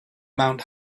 mount